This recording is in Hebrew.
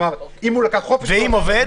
ואם הוא עובד,